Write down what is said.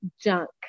junk